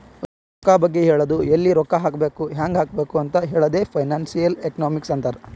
ರೊಕ್ಕಾ ಬಗ್ಗೆ ಹೇಳದು ಎಲ್ಲಿ ರೊಕ್ಕಾ ಹಾಕಬೇಕ ಹ್ಯಾಂಗ್ ಹಾಕಬೇಕ್ ಅಂತ್ ಹೇಳದೆ ಫೈನಾನ್ಸಿಯಲ್ ಎಕನಾಮಿಕ್ಸ್ ಅಂತಾರ್